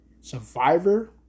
Survivor